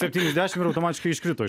septyniasdešimt ir automatiškai iškrito